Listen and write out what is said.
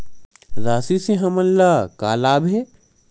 राशि से हमन ला का लाभ हे?